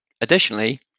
Additionally